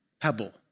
pebble